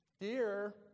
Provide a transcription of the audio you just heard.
dear